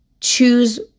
Choose